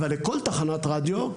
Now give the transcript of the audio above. אבל לכל תחנת רדיו,